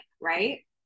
right